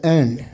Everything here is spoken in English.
end